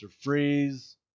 Freeze